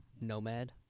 Nomad